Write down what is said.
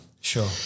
Sure